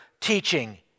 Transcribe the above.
teaching